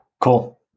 Cool